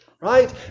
right